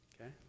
Okay